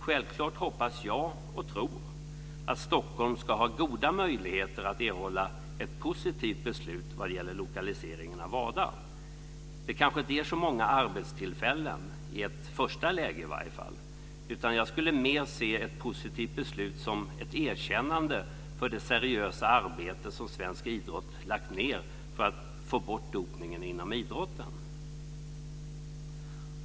Självklart hoppas jag och tror att Stockholm ska ha goda möjligheter att erhålla ett positivt beslut vad det gäller lokaliseringen av WADA. Det kanske inte ger så många arbetstillfällen, i varje fall inte i ett första läge. Jag skulle mer se ett positivt beslut som ett erkännande av det seriösa arbete som svensk idrott lagt ned för att få bort dopningen inom idrotten.